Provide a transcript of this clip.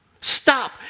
Stop